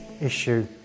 issue